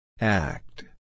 Act